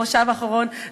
במושב האחרון,